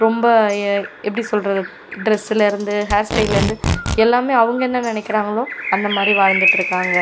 ரொம்ப ய எப்படி சொல்கிறது டிரெஸில் இருந்து ஹேர் ஸ்டைலுலேருந்து எல்லாம் அவங்க என்ன நினைக்கிறாங்களோ அந்தமாதிரி வாழ்ந்துகிட்டுருக்காங்க